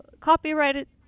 copyrighted